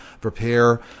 prepare